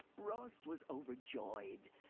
rost was overjoyed!